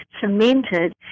cemented